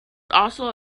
also